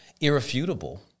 Irrefutable